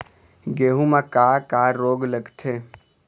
गेहूं म का का रोग लगथे?